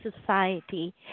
society